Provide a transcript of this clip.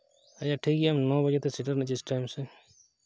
ᱟᱪᱪᱷᱟ ᱴᱷᱤᱠ ᱜᱮᱭᱟ ᱱᱚ ᱵᱟᱡᱮᱛᱮ ᱥᱮᱴᱮᱨᱚᱜ ᱪᱮᱥᱴᱟᱭ ᱢᱮᱥᱮ